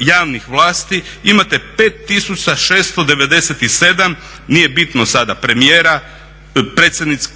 javnih vlasti, imate 5697, nije bitno sada, premijera, predsjednicu